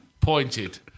pointed